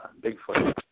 Bigfoot